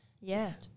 Yes